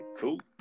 Cool